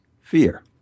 fear